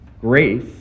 Grace